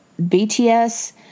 BTS